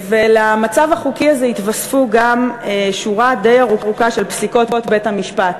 למצב החוקי הזה התווספה גם שורה די ארוכה של פסיקות בית-המשפט.